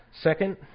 Second